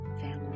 family